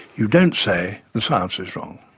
you don't say the science is wrong.